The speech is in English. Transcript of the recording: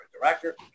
director